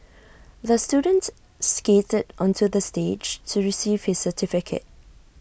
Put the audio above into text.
the students skated onto the stage to receive his certificate